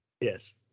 Yes